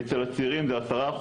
אצל הצעירים זה 10%,